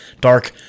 dark